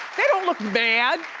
they don't look mad.